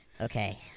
Okay